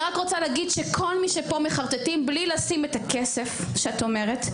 כל מי שפה מחרטטים בלי לשים את הכסף שאת אומרת,